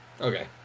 Okay